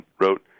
wrote